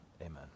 Amen